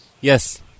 Yes